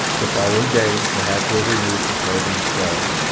the following day the hatch was removed from tarzan's cell,